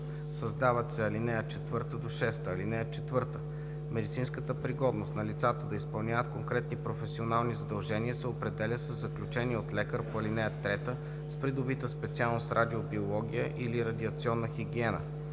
създават се ал. 4 – 6: „(4) Медицинската пригодност на лицата да изпълняват конкретни професионални задължения се определя със заключение от лекар по ал. 3 с придобита специалност „Радиобиология“ или „Радиационна хигиена“.